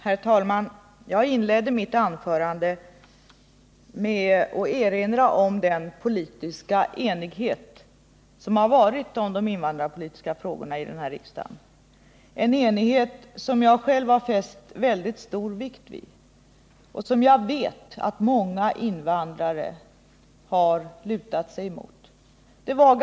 Herr talman! Jag inledde mitt anförande med att erinra om den politiska enighet som i riksdagen har rått om de invandrarpolitiska frågorna, en enighet som jag själv har fäst väldigt stor vikt vid och som jag vet att många invandrare har sett som ett stöd.